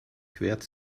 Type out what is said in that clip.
quert